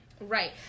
Right